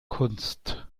kunst